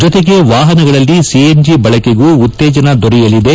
ಜೊತೆಗೆ ವಾಹನಗಳಲ್ಲಿ ಸಿಎನ್ಜಿ ಬಳಕೆಗೂ ಉತ್ತೇಜಸ ದೊರೆಯಲಿದೆ